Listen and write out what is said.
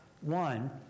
one